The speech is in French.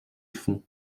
fond